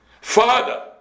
Father